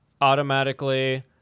Automatically